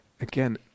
again